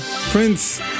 Prince